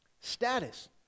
Status